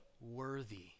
worthy